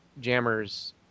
jammers